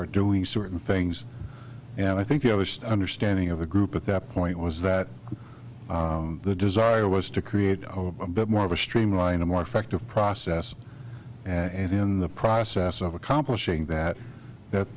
are doing certain things and i think it was just understanding of the group at that point was that the desire was to create of a bit more of a streamline a more effective process and in the process of accomplishing that that